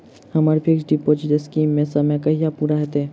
हम्मर fix deposit scheme केँ समय कहिया पूरा हैत?